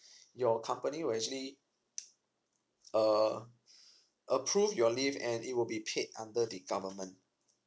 your company will actually uh approve your leave and it will be paid under the government